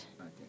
Okay